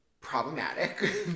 problematic